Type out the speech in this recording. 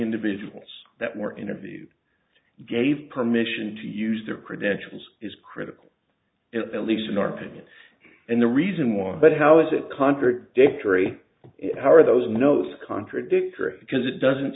individuals that were interviewed gave permission to use their credentials is critical if at least in our opinion and the reason why but how is it contradictory how are those notes contradictory because it doesn't